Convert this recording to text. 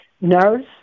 nurse